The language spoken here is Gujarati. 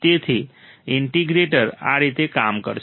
તેથી ઇન્ટિગ્રેટર આ રીતે કામ કરશે